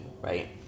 right